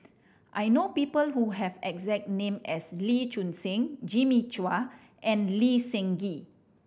I know people who have the exact name as Lee Choon Seng Jimmy Chua and Lee Seng Gee